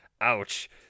ouch